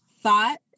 thought